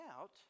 out